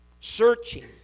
searching